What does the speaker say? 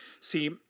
See